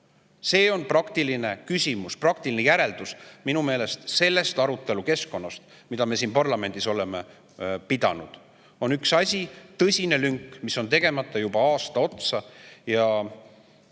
See on praktiline küsimus, praktiline järeldus sellest arutelust, mida me siin parlamendis oleme pidanud. On üks asi, tõsine lünk, mis on tegemata juba aasta otsa.